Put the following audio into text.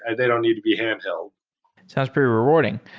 and they don't need to be handheld. it sounds pretty rewarding.